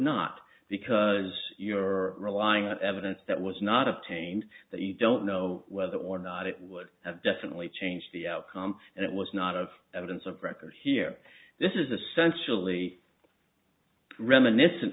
not because you were relying on evidence that was not obtained that you don't know whether or not it would have definitely changed the outcome and it was not of evidence of record here this is essential e reminiscent